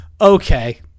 okay